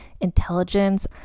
intelligence